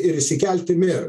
ir išsikelti merą